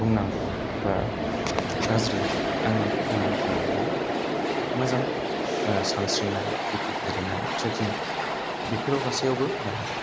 बुंनांगौ बा गाज्रि आंनि आंनिफ्राय बियो मोजां सानस्रिनाय क्रिकेट गेलेनाय ट्रेकिं बिफोराव गासैआवबो मानि